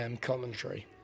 commentary